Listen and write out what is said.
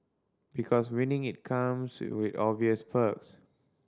because winning it comes with obvious perks